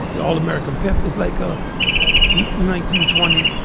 the all american pep is like a nineteen twenty s.